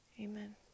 Amen